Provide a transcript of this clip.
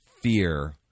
fear